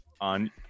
on